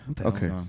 Okay